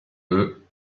eux